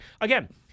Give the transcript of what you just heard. Again